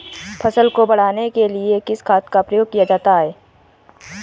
फसल को बढ़ाने के लिए किस खाद का प्रयोग किया जाता है?